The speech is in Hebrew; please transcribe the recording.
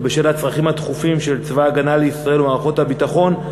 ובשל הצרכים הדחופים של צבא הגנה לישראל ומערכות הביטחון,